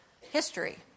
history